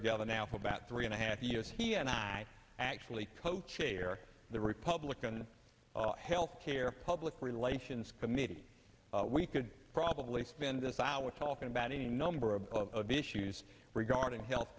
together now for about three and a half years he and i actually co chair the republican health care public relations committee we could probably spend this hour talking about any number of issues regarding health